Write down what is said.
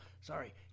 Sorry